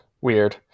weird